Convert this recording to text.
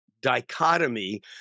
dichotomy